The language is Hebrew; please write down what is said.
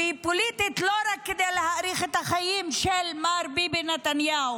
והיא פוליטית לא רק כדי להאריך את החיים של מר ביבי נתניהו,